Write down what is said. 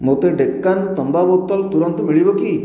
ମୋତେ ଡେକାନ ତମ୍ବା ବୋତଲ ତୁରନ୍ତ ମିଳିବ କି